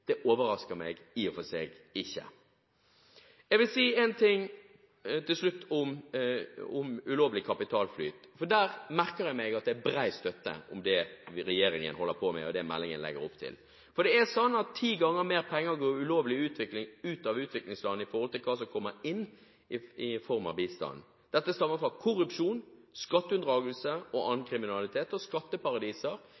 Det overrasker meg i og for seg ikke. Til slutt vil jeg si en ting om ulovlig kapitalflyt. Der merker jeg meg at det er bred støtte til det regjeringen holder på med og det meldingen legger opp til. Det er sånn at ti ganger mer penger går ulovlig ut av utviklingsland i forhold til hva som kommer inn i form av bistand. Dette stammer fra korrupsjon, skatteunndragelse og